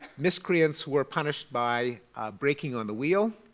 miscreants were punished by breaking on the wheel,